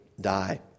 die